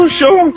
show